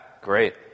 great